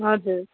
हजुर